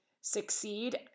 succeed